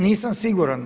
Nisam siguran.